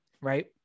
Right